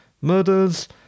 murders